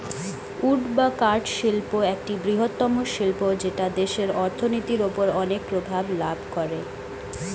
would বা কাঠ শিল্প একটি বৃহত্তম শিল্প যেটা দেশের অর্থনীতির ওপর অনেক প্রভাব ফেলে